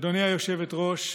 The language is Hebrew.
אדוני היושבת-ראש,